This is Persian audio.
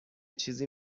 چیزی